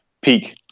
peak